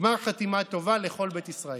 גמר חתימה טובה לכל בית ישראל.